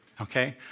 Okay